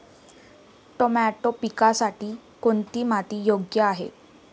Tomato पिकासाठी कोणती माती योग्य आहे?